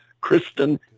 Kristen